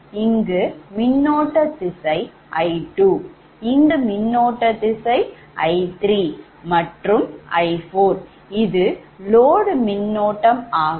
இங்கு மின்னோட்ட திசை I2 இங்கு மின்னோட்ட திசை I3மற்றும் I4 இது load மின்னோட்டம் ஆகும்